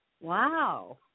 Wow